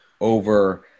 over